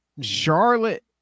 Charlotte